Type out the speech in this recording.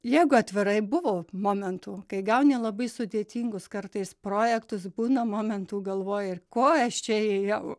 jeigu atvirai buvo momentų kai gauni labai sudėtingus kartais projektus būna momentų galvoji ir ko aš čia ėjau